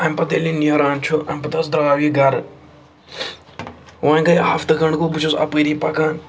اَمہِ پَتہٕ ییٚلہِ یہِ نیران چھُ اَمہِ پَتہٕ حظ دراو یہِ گَرٕ وۄنۍ گٔے ہَفتہٕ گھنٛڈ گوٚو بہٕ چھُس اَپٲری پَکان